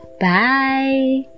Bye